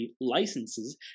licenses